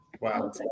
Wow